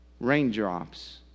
raindrops